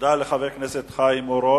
תודה לחבר הכנסת חיים אורון.